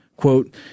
Quote